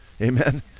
Amen